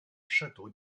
château